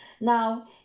Now